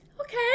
okay